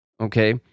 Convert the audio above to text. Okay